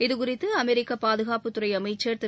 இதுகுறித்து பேசியுள்ள அமெரிக்க பாதுகாப்புத்துறை அமைச்சர் திரு